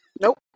Nope